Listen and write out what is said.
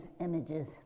images